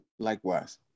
Likewise